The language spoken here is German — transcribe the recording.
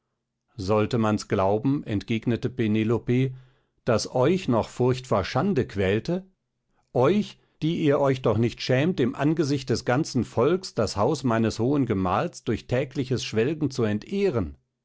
sollte man's glauben entgegnete penelope daß euch noch furcht vor schande quälte euch die ihr euch doch nicht schämt im angesicht des ganzen volks das haus meines hohen gemahls durch tägliches schwelgen zu entehren